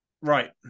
Right